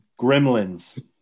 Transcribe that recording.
Gremlins